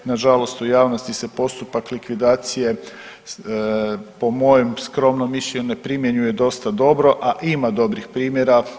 Nažalost u javnosti se postupak likvidacije po mojem skromnom mišljenju ne primjenjuje dosta dobro, a ima dobrih primjera.